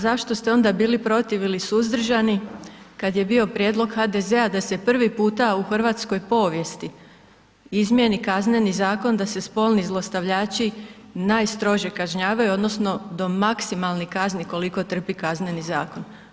Zašto ste onda bili protiv ili suzdržani, kada je bio prijedlog HDZ-a da se prvi puta u hrvatskoj povijesti izmjeni Kazneni zakon, da se spolni zlostavljači najstrože kažnjavaju, odnosno, do maksimalne kazne, koliko trpi kazneni zakon.